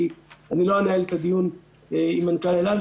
כי אני לא אנהל את הדיון עם מנכ"ל אל על,